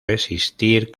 resistir